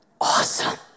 Awesome